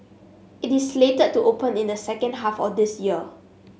it is slated to open in the second half of this year